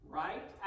right